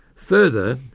further,